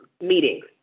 meetings